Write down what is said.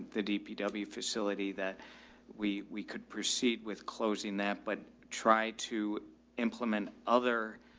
the dpw facility that we we could proceed with closing that, but try to implement other,